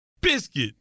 Biscuit